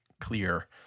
clear